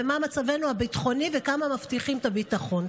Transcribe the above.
ומה מצבנו הביטחוני וכמה מבטיחים את הביטחון.